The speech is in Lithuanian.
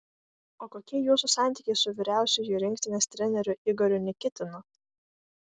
o kokie jūsų santykiai su vyriausiuoju rinktinės treneriu igoriu nikitinu